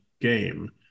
game